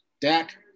Dak